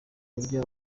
uburyo